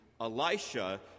Elisha